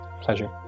pleasure